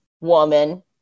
woman